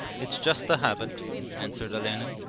it's just a habit answered olenin.